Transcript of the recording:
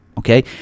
Okay